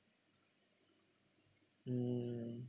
mm